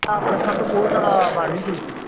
প্ৰেচাৰটো বহুত বাঢ়ি গৈছে